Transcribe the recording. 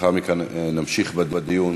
לאחר מכן נמשיך בדיון